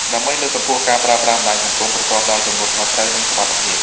ដើម្បីលើកកម្ពស់ការប្រើប្រាស់បណ្តាញសង្គមប្រកបដោយទំនួលខុសត្រូវ និងសុវត្ថិភាព។